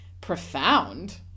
profound